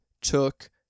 took